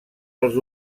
els